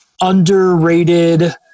underrated